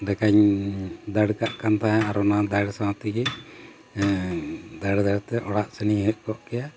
ᱞᱮᱠᱟᱧ ᱫᱟᱹᱲ ᱠᱟᱜ ᱠᱟᱱ ᱛᱟᱦᱮᱸᱫ ᱟᱨ ᱚᱱᱟ ᱫᱟᱹᱲ ᱥᱟᱶ ᱛᱮᱜᱮ ᱫᱟᱹᱲ ᱫᱟᱹᱲ ᱛᱮ ᱚᱲᱟᱜ ᱥᱮᱱᱮᱧ ᱦᱮᱡ ᱠᱚᱜ ᱠᱮᱭᱟ